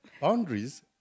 boundaries